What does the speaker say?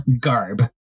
garb